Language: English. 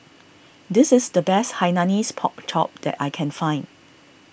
this is the best Hainanese Pork Chop that I can find